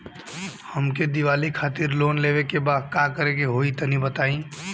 हमके दीवाली खातिर लोन लेवे के बा का करे के होई तनि बताई?